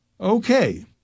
Okay